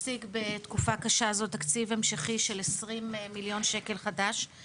השיג בתקופה קשה זו תקציב המשכי של 20 מיליון ₪